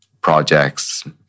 projects